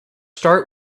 start